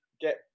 get